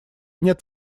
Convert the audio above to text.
нет